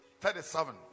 Thirty-seven